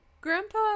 grandpa